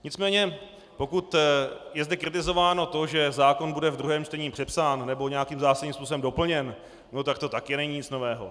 Nicméně pokud je zde kritizováno to, že zákon bude ve druhém čtení přepsán nebo nějakým zásadním způsobem doplněn, tak to taky není nic nového.